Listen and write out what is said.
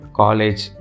college